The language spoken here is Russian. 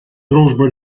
дружба